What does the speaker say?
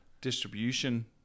distribution